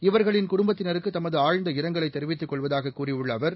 இவர்களின் குடும்பத்தினருக்குதமதுஆழ்ந்த இரங்கலைதெரிவித்துக் கொள்வதாககூறியுள்ளஅவர்